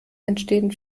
entstehen